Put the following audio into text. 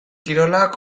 kirolak